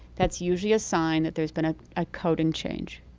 that's usually a sign that there's been ah a coding change,